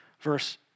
Verse